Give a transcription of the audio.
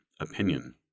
opinion